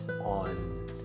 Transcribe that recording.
on